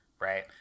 right